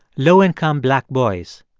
low-income black boys.